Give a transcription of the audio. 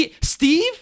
Steve